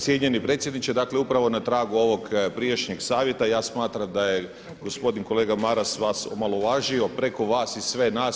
Cijenjeni predsjedniče, dakle upravo na tragu ovog prijašnjeg savjeta ja smatram da je gospodin kolega Maras vas omalovažio, preko vas i sve nas.